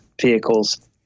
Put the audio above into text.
vehicles